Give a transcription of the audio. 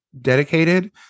dedicated